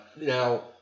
Now